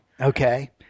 Okay